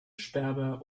sperber